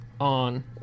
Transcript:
on